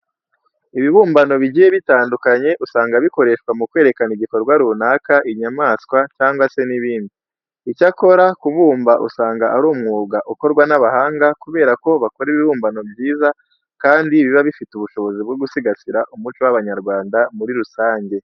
Ibibumbano bigiye bitandukanye usanga bikoreshwa mu kwerekana igikorwa runaka, inyamaswa cyangwa se n'ibindi. Icyakora kubumba usanga ari umwuga ukorwa n'abahanga kubera ko bakora ibibumbano byiza kandi biba bifite ubushobozi bwo gusigasira umuco w'Abanyarwanda muri rusange.